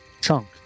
chunk